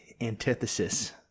antithesis